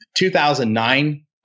2009